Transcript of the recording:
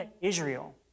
Israel